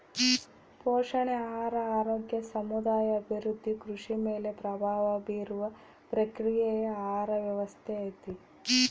ಪೋಷಣೆ ಆಹಾರ ಆರೋಗ್ಯ ಸಮುದಾಯ ಅಭಿವೃದ್ಧಿ ಕೃಷಿ ಮೇಲೆ ಪ್ರಭಾವ ಬೀರುವ ಪ್ರಕ್ರಿಯೆಯೇ ಆಹಾರ ವ್ಯವಸ್ಥೆ ಐತಿ